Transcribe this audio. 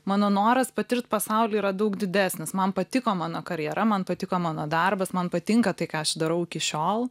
mano noras patirt pasaulį yra daug didesnis man patiko mano karjera man patiko mano darbas man patinka tai ką aš darau iki šiol